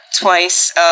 twice